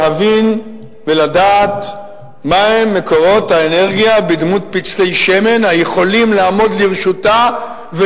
להבין ולדעת מה הם מקורות האנרגיה בדמות פצלי שמן היכולים לעמוד לרשותה,